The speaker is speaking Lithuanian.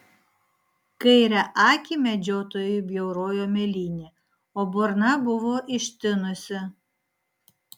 kairę akį medžiotojui bjaurojo mėlynė o burna buvo ištinusi